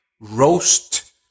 roast